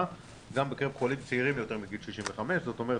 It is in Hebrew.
גם בקרב חולים צעירים יותר מגיל 65. זאת אומרת